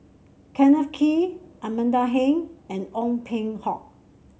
Kenneth Kee Amanda Heng and Ong Peng Hock